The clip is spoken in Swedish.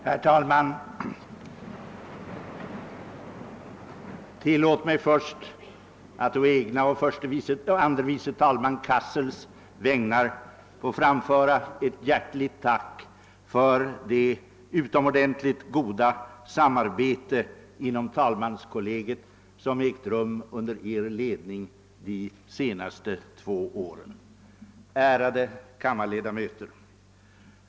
Herr talman! Tillåt mig att först å egna och andre vice talmannen herr Cassels vägnar få framföra ett hjärtligt tack för det utomordentligt goda samarbete vi haft inom talmanskollegiet un der Er ledning de senaste två åren. Ärade kammarledamöter!